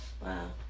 wow